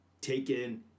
taken